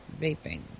vaping